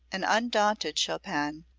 an undaunted chopin,